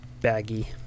baggy